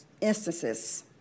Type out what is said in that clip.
instances